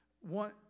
One